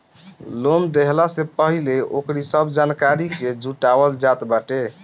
loan देहला से पहिले ओकरी सब जानकारी के जुटावल जात बाटे